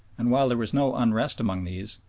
and while there was no unrest among these,